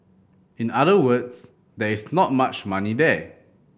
in other words there is not much money there